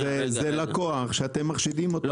זה לקוח שאתם מחשידים אותו,